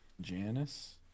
Janice